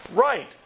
right